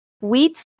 wheat